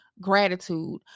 gratitude